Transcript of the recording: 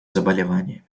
заболеваниями